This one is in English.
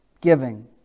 Giving